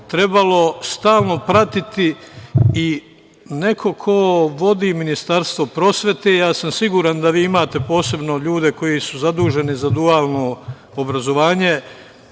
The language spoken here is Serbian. trebalo stalno pratiti i neko ko vodi Ministarstvo prosvete, siguran sam da vi imate posebno ljude, koji su zaduženi za dualno obrazovanje,